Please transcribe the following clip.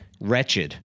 wretched